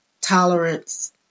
tolerance